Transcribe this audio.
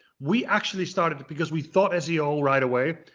we actually started, because we thought seo right away.